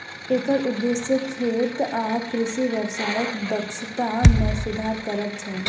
एकर उद्देश्य खेत आ कृषि व्यवसायक दक्षता मे सुधार करब छै